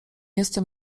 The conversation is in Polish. jestem